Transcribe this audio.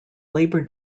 labor